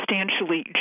substantially